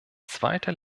zweiter